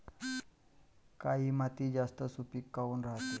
काळी माती जास्त सुपीक काऊन रायते?